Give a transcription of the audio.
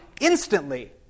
Instantly